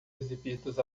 exibidos